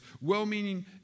well-meaning